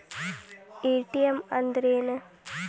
ATM ಅಂದ್ರ ಏನು?